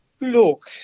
Look